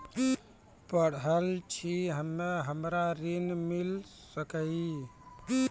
पढल छी हम्मे हमरा ऋण मिल सकई?